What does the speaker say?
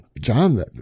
John